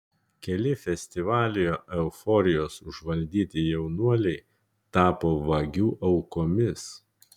keli festivalio euforijos užvaldyti jaunuoliai tapo vagių aukomis